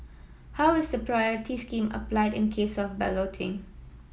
how is the priority scheme applied in case of balloting